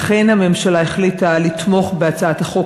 לכן הממשלה החליטה לתמוך בהצעת החוק